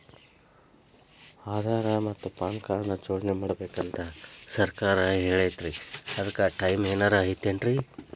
ಆಧಾರ ಮತ್ತ PAN card ನ ಜೋಡಣೆ ಮಾಡ್ಬೇಕು ಅಂತಾ ಸರ್ಕಾರ ಹೇಳೈತ್ರಿ ಅದ್ಕ ಟೈಮ್ ಏನಾರ ಐತೇನ್ರೇ?